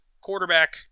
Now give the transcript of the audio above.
quarterback